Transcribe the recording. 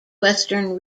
western